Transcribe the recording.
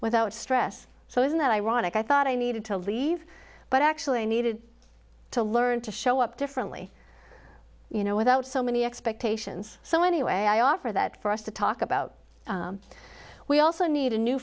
without stress so isn't that ironic i thought i needed to leave but actually i needed to learn to show up differently you know without so many expectations so anyway i offer that for us to talk about we also need a new